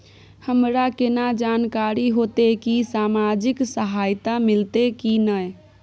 हमरा केना जानकारी होते की सामाजिक सहायता मिलते की नय?